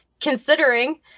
considering